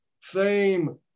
fame